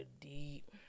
deep